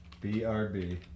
BRB